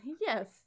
Yes